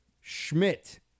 Schmidt